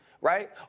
right